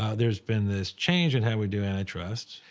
ah there's been this change in how we do antitrust.